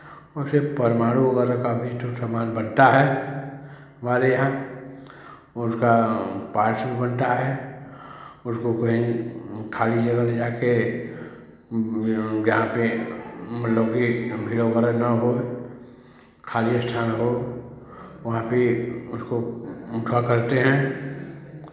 उसे परमाणु वगैरह का भी तो सामान बनता है हमारे यहाँ उसका पास में बनता है उसको कहीं खाली जगह ले जाके जहाँ पे मतलब कि भीड़ वगैरह ना हो खाली स्थान हो वहाँ पे उसको करते हैं